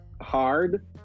hard